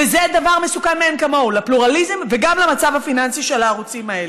וזה דבר מסוכן מאין כמוהו לפלורליזם וגם למצב הפיננסי של הערוצים הלאה.